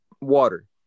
water